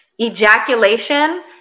ejaculation